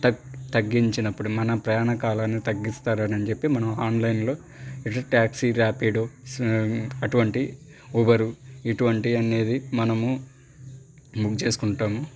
తగ్గించినప్పుడు మన ప్రయాణ కాలాన్ని తగ్గిస్తారనని చెప్పి మనం ఆన్లైన్లో ట్యాక్సీ ర్యాపిడో అటువంటివి ఊబరు ఇటువంటివి అనేది మనము బుక్ చేసుకుంటాము